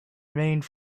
remained